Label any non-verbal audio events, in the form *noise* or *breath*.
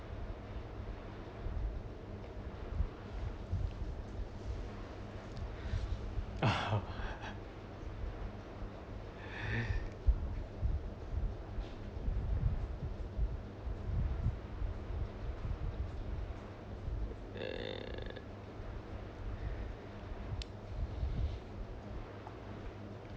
*laughs* *breath* err